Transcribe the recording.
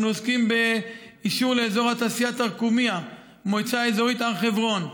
אנחנו עוסקים באישור לאזור התעשייה תרקומיא במועצה האזורית הר חברון,